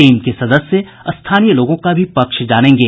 team के सदस्य स्थानीय लोगों का भी पक्ष जानेंगे